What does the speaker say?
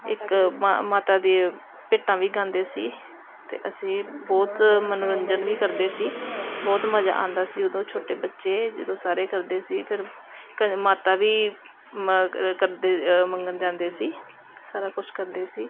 ਇੱਕ ਮ ਮਾਤਾ ਦੇ ਭੇਟਾਂ ਵੀ ਗਾਉਂਦੇ ਸੀ ਅਤੇ ਅਸੀਂ ਬਹੁਤ ਮਨੋਰੰਜਨ ਵੀ ਕਰਦੇ ਸੀ ਬਹੁਤ ਮਜ਼ਾ ਆਉਂਦਾ ਸੀ ਉਦੋਂ ਛੋਟੇ ਬੱਚੇ ਜਦੋਂ ਸਾਰੇ ਕਰਦੇ ਸੀ ਫਿਰ ਕਦੇ ਮਾਤਾ ਵੀ ਮਗਰ ਕਰਦੇ ਮੰਗਣ ਜਾਂਦੇ ਸੀ ਸਾਰਾ ਕੁਝ ਕਰਦੇ ਸੀ